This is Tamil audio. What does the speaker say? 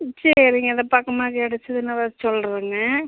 சரிங்க இந்த பக்கமாக கிடச்சிதுன்னா வந்து சொல்கிறேங்க